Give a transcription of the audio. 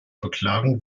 beklagen